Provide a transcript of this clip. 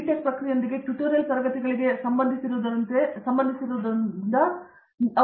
tech ಪ್ರಕ್ರಿಯೆಯೊಂದಿಗೆ tutorial ತರಗತಿಗಳಿಗೆ ಸಂಬಂಧಿಸಿರುವುದರಿಂದ ಅವರನ್ನು ನೀವು ತುಂಬಾ ಕಿರಿದಾದ ಪ್ರದೇಶ ಎಂದು ನಿರೀಕ್ಷಿಸುವುದಿಲ್ಲ